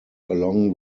along